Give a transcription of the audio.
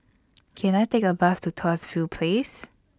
Can I Take A Bus to Tuas View Place